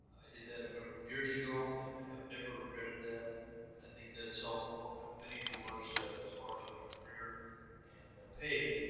i did that a number of years ago and have never regretted that. and i think that's helped open many doors, as far as my career and pay,